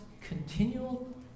continual